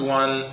one